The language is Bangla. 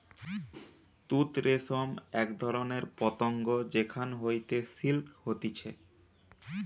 তুত রেশম এক ধরণের পতঙ্গ যেখান হইতে সিল্ক হতিছে